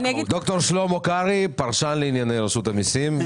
ד"ר שלמה קרעי, פרשן לענייני רשות המיסים.